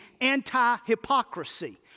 anti-hypocrisy